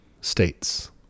states